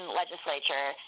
legislature